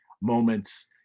moments